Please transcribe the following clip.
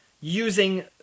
using